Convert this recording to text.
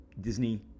Disney